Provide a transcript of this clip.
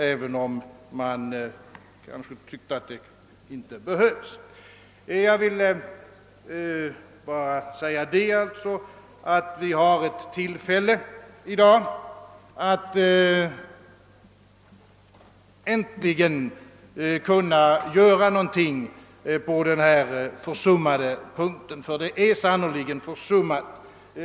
Vi har i dag tillfälle att äntligen kunna göra någonting på detta försummade område — ty det är sannerligen försummat.